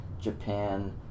Japan